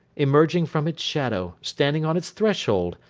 emerging from its shadow standing on its threshold!